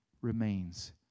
remains